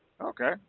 Okay